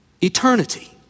Eternity